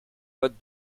vote